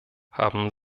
haben